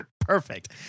perfect